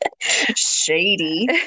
Shady